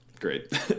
great